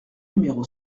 numéro